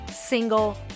single